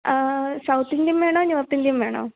south Indian വേണോ north Indian വേണോ